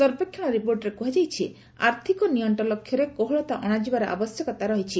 ସର୍ବେକ୍ଷଣ ରିପୋର୍ଟରେ କୁହାଯାଇଛି ଆର୍ଥକ ନିଅଣ୍ଟ ଲକ୍ଷ୍ୟରେ କୋହଳତା ଅଣାଯିବାର ଆବଶ୍ୟକତା ରହିଛି